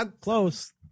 Close